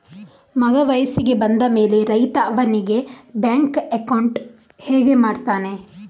ಮಗ ವಯಸ್ಸಿಗೆ ಬಂದ ಮೇಲೆ ರೈತ ಅವನಿಗೆ ಬ್ಯಾಂಕ್ ಅಕೌಂಟ್ ಹೇಗೆ ಮಾಡ್ತಾನೆ?